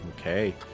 Okay